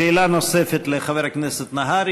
שאלה נוספת לחבר הכנסת נהרי.